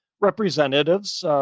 representatives